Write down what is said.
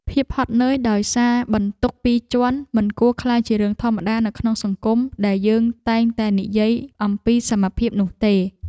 ភាពហត់នឿយដោយសារបន្ទុកពីរជាន់មិនគួរក្លាយជារឿងធម្មតានៅក្នុងសង្គមដែលយើងតែងតែនិយាយអំពីសមភាពនោះទេ។